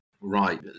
Right